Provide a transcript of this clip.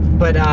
but,